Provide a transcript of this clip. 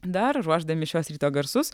dar ruošdami šiuos garsus